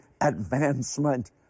advancement